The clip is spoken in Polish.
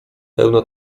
pełno